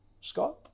Scott